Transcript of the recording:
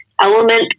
element